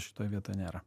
šitoj vietoj nėra